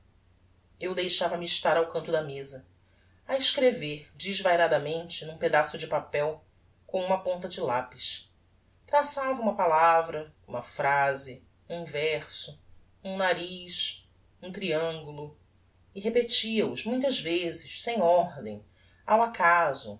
eu deixava-me estar ao canto da mesa a escrever desvairadamente n'um pedaço de papel com uma ponta de lapis traçava uma palavra uma phrase um verso um nariz um triangulo e repetia os muitas vezes sem ordem ao acaso